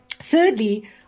Thirdly